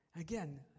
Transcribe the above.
Again